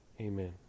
Amen